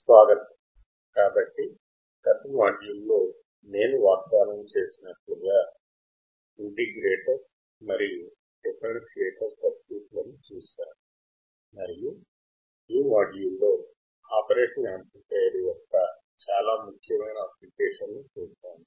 స్వాగతం కాబట్టి గత మాడ్యూల్లో నేను వాగ్దానం చేసినట్లుగా ఇంటిగ్రేటర్ మరియు డిఫరెన్సియేటర్ సర్క్యూట్స్ లను చూశాము మరియు ఈ మాడ్యూల్లో ఆపరేషనల్ యాంప్లిఫయర్ యొక్క చాలా ముఖ్యమైన అప్లికేషన్ను చూద్దాము